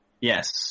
Yes